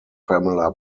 pamela